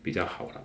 比较好 lah